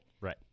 Right